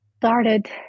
started